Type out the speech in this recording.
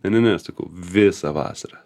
ne ne ne sakau visą vasarą